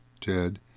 Ted